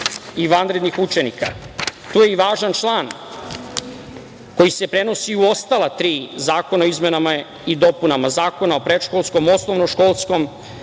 i vanrednih učenika. Tu je i važan član koji se prenosi i u ostala tri zakona u izmenama i dopunama Zakona o predškolskom, osnovnoškolskom